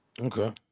Okay